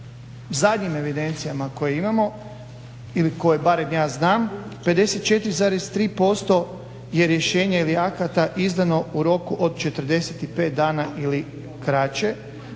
zadnjim evidencijama koje imamo ili koje barem ja znam 54,3% je rješenje ili akata izdano u roku od 45 dana ili kraće,